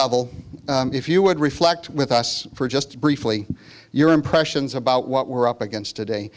level if you would reflect with us for just briefly your impressions about what we're up against today